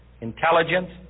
intelligence